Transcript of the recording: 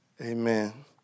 Amen